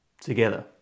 together